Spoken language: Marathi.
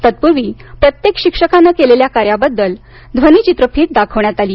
तत्पूर्वी प्रत्येक शिक्षकानं केलेल्या कार्याबद्दल ध्वनीचित्रफित दाखविण्यात आली